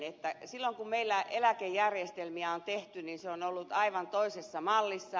silloin kun meillä eläkejärjestelmiä on tehty se on ollut aivan toisessa mallissa